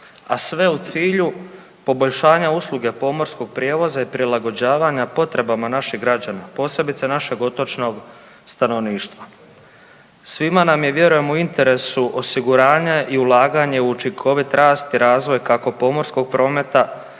a sve u cilju poboljšanja usluge pomorskog prijevoza i prilagođavanja potrebama naših građana posebice našeg otočnog stanovništva. Svima nam je vjerujem u interesu osiguranje i ulaganje u učinkovit rast i razvoj kako pomorskog prometa